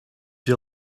you